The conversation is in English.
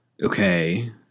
Okay